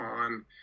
on